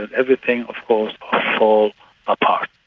and everything of course fall apart.